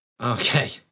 Okay